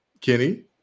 Kenny